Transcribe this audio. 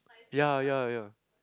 ya ya ya